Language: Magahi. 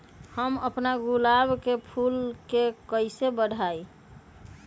हम अपना गुलाब के फूल के कईसे बढ़ाई?